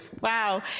Wow